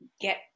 get